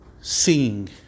seeing